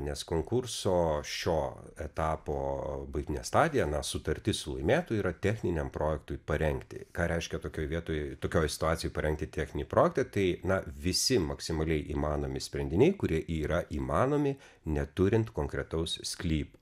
nes konkurso šio etapo baigtinė stadija na sutartis su laimėtoju yra techniniam projektui parengti ką reiškia tokioj vietoj tokioj situacijoj parengti techninį projektą tai na visi maksimaliai įmanomi sprendiniai kurie yra įmanomi neturint konkretaus sklypo